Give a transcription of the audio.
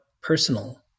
personal